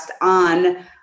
on